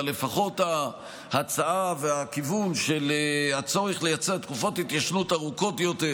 אבל לפחות ההצעה והכיוון של הצורך לייצר תקופות ההתיישנות ארוכות יותר